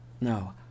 No